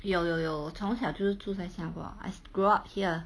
有有有我从小就是住在新加坡 I grow up here